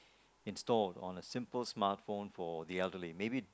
installed on a simple smartphone for the elderly maybe